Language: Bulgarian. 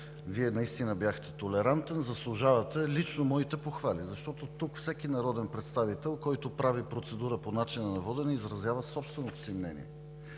Вие наистина бяхте толерантен, заслужавате лично моите похвали. Защото тук всеки народен представител, който прави процедура по начина на водене, изразява собственото си мнение.